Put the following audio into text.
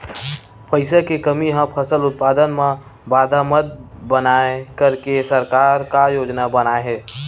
पईसा के कमी हा फसल उत्पादन मा बाधा मत बनाए करके सरकार का योजना बनाए हे?